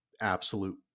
absolute